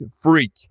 freak